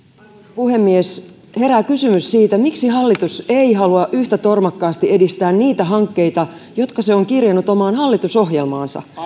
puhemies herää kysymys siitä miksi hallitus ei halua yhtä tormakkaasti edistää niitä hankkeita jotka se on kirjannut omaan hallitusohjelmaansa